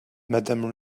madame